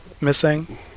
missing